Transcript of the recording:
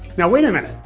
now wait a minute.